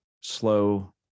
slow